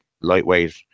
lightweight